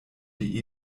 die